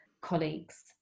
colleagues